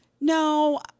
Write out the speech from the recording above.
No